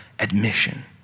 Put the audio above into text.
Admission